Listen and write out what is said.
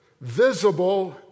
visible